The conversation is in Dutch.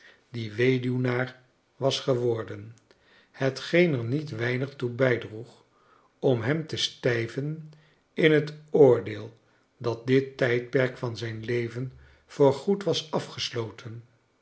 die weduwnaar was geworden hetgeen er niet weinig toe bijdroeg dm hem te stijven in het oordeel dat dit tijdperk van zijn leven voor goed was afgesloten